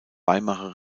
weimarer